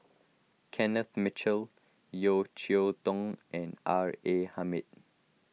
Kenneth Mitchell Yeo Cheow Tong and R A Hamid